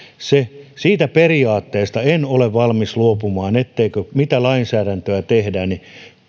se siitä periaatteesta en ole valmis luopumaan että mitä lainsäädäntöä tehdäänkin niin